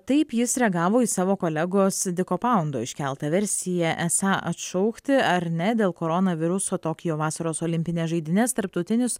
taip jis reagavo į savo kolegos diko paundo iškeltą versiją esą atšaukti ar ne dėl koronaviruso tokijo vasaros olimpines žaidynes tarptautinis